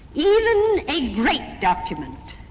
even a great document,